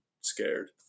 scared